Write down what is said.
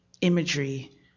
imagery